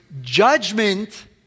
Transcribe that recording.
judgment